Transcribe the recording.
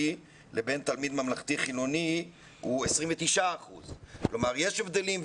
לבין תלמיד ממלכתי חילוני הוא 29%. כלומר יש הבדלים,